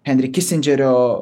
henri kisindžerio